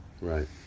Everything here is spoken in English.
Right